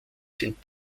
sind